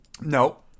No